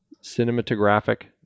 cinematographic